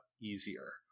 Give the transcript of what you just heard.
easier